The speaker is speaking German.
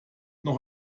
noch